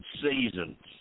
seasons